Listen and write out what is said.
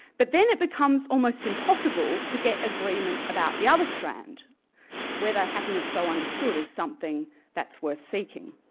but then it becomes almost impossible to get agreement about the other strand whether happiness so understood is something that's worth seeking.